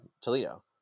Toledo